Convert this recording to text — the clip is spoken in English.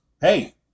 hey